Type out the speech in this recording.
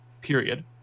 period